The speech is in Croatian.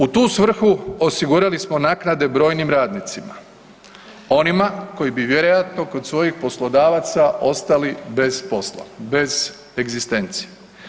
U tu svrhu osigurali smo naknade brojnim radnicima, onima koji bi vjerojatno kod svojih poslodavaca ostali bez posla, bez egzistencije.